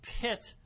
pit